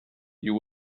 you